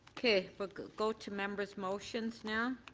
okay. we'll go go to members's motions now.